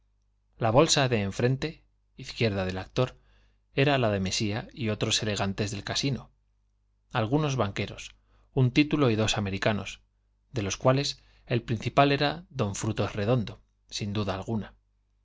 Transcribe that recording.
la bolsa de enfrente izquierda del actor era la de mesía y otros elegantes del casino algunos banqueros un título y dos americanos de los cuales el principal era d frutos redondo sin duda alguna